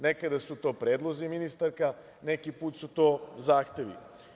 Nekada su to predlozi ministarka, neki put su to zahtevi.